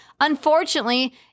Unfortunately